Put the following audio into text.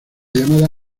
llamada